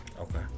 Okay